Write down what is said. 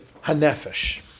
ha'nefesh